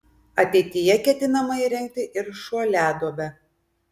ateityje ketinama įrengti ir šuoliaduobę